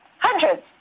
Hundreds